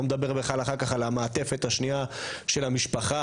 לא מדבר בכלל אחר כך על המעטפת השנייה של המשפחה,